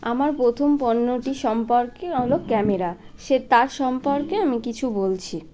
আমার প্রথম পণ্যটি সম্পর্কে হলো ক্যামেরা সে তার সম্পর্কে আমি কিছু বলছি